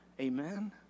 amen